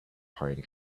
pine